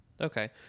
Okay